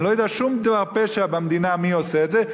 אני לא יודע שום דבר פשע במדינה מי עושה את זה.